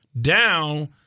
down